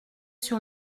sur